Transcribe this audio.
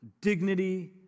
dignity